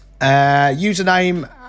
Username